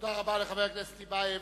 תודה רבה לחבר הכנסת טיבייב.